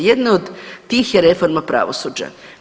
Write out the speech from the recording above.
Jedno od tih je reforma pravosuđa.